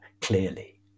clearly